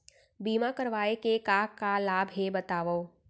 बीमा करवाय के का का लाभ हे बतावव?